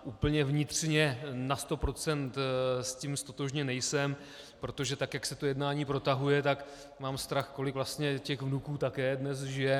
Úplně vnitřně na sto procent s tím ztotožněn nejsem, protože tak jak se to jednání protahuje, tak mám strach, kolik vlastně těch vnuků také dnes žije.